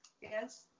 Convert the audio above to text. Yes